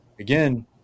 Again